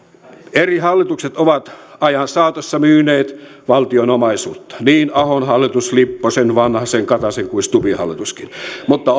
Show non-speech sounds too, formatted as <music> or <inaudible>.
eri hallitukset ovat ajan saatossa myyneet valtion omaisuutta niin ahon hallitus lipposen vanhasen kataisen kuin stubbin hallituskin mutta <unintelligible>